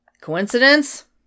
Coincidence